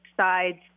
sides